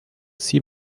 sie